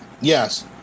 yes